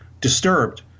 disturbed